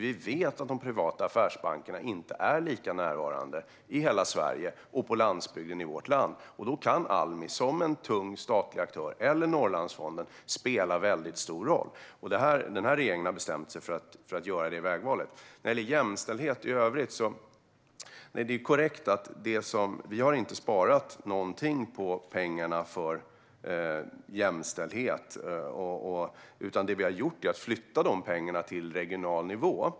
Vi vet att de privata affärsbankerna inte är lika närvarande i hela Sverige och på landsbygden i vårt land. Då kan Almi som en tung statlig aktör eller Norrlandsfonden spela en väldigt stor roll. Den här regeringen har bestämt sig för att göra det vägvalet. När det gäller jämställdhet i övrigt är det korrekt att vi inte har sparat någonting på pengarna för jämställdhet. Det vi har gjort är att flytta de pengarna till regional nivå.